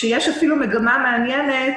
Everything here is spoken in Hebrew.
יש אפילו מגמה מעניינת,